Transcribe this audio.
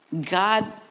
God